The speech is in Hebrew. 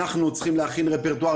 אנחנו צריכים להכין רפרטואר,